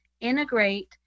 integrate